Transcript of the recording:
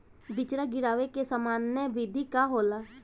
बिचड़ा गिरावे के सामान्य विधि का होला?